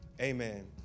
amen